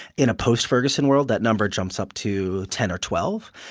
in a post-ferguson world, that number jumps up to ten or twelve.